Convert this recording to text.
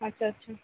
আচ্ছা আচ্ছা